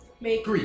Make